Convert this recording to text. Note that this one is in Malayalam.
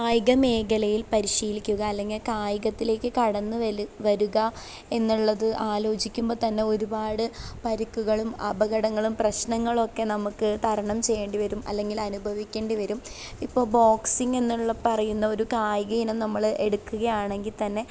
കായിക മേഖലയിൽ പരിശീലിക്കുക അല്ലെങ്കിൽ കായികത്തിലേക്കു കടന്നുവല് വരിക എന്നുള്ളത് ആലോചിക്കുമ്പോൾ തന്നെ ഒരുപാട് പരിക്കുകളും അപകടങ്ങളും പ്രശ്നങ്ങളൊക്കെ നമുക്കു തരണം ചെയ്യേണ്ടി വരും അല്ലെങ്കിൽ അനുഭവിക്കേണ്ടിവരും ഇപ്പോൾ ബോക്സിങ് എന്നുള്ള പറയുന്ന ഒരു കായികയിനം നമ്മൾ എടുക്കുകയാണെങ്കിൽ തന്നെ